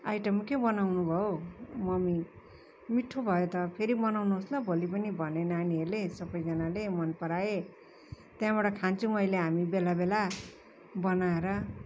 item के बनाउनु भयो है मम्मी मिठो भयो त फेरि बनाउनुहोस ल भोलि पनि भने नानीहरूले सबैजनाले मनपराए त्यहाँबाट खान्छौँ हामी बेला बेला बनाएर